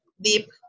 deep